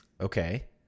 Okay